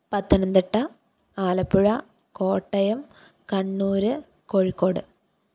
Pathanamthitta Alappuzha Kottayam Kannur Kozhikode